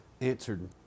answered